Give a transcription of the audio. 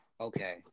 Okay